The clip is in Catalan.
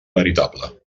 veritable